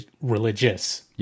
religious